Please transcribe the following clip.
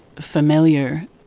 familiar